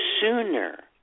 sooner